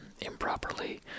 improperly